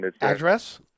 Address